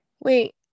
Wait